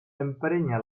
emprenya